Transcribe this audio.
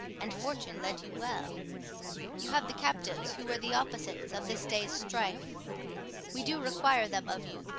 and fortune led you well you have the captives who were the opposites of this day's strife we do require them of you,